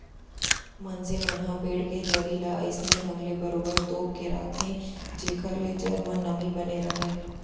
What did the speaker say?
मनसे मन ह पेड़ के जरी ल अइसने ढंग ले बरोबर तोप के राखथे जेखर ले जर म नमी बने राहय